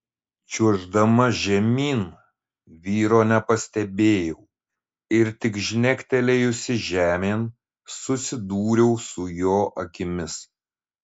čiuoždama žemyn vyro nepastebėjau ir tik žnektelėjusi žemėn susidūriau su jo akimis